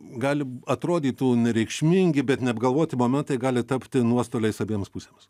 gali atrodytų nereikšmingi bet neapgalvoti momentai gali tapti nuostoliais abiems pusėms